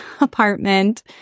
apartment